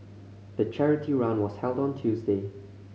the charity run was held on a Tuesday